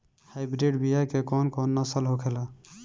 Hybrid बीया के कौन कौन नस्ल होखेला?